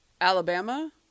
Alabama